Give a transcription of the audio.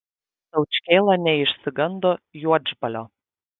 taučkėla neišsigando juodžbalio